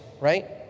right